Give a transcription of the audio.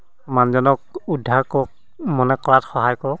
মানুহজনক উদ্ধাৰ কৰক মানে কৰাত সহায় কৰক